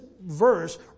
verse